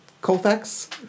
Colfax